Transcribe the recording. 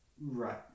Right